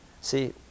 see